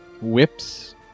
whips